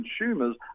consumers